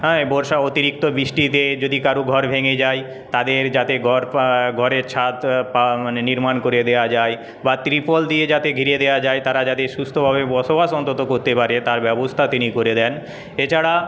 বর্ষার অতিরিক্ত বৃষ্টিতে যদি কারো ঘর ভেঙে যায় তাদের যাতে ঘরের ছাদ নির্মাণ করে দেওয়া যায় বা ত্রিপল দিয়ে যাতে ঘিরে দেওয়া যায় তারা যাতে সুস্থভাবে বসবাস অন্তত করতে পারে তার ব্যবস্থা তিনি করে দেন এছাড়া